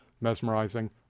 Mesmerizing